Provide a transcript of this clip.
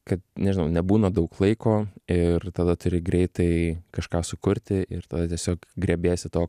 kad nežinau nebūna daug laiko ir tada turi greitai kažką sukurti ir tada tiesiog griebiesi to